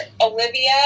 Olivia